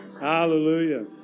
Hallelujah